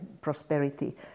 prosperity